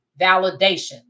Validation